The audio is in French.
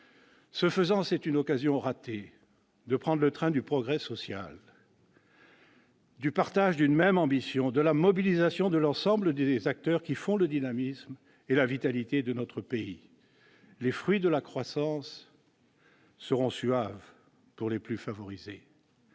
Ainsi, c'est une occasion ratée de prendre le train du progrès social, du partage d'une même ambition, de la mobilisation de l'ensemble des acteurs qui font le dynamisme et la vitalité de notre pays. Les fruits de la croissance seront suaves pour les plus favorisés